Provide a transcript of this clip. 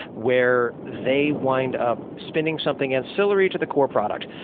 where they wind up spending something ancillary to the core product.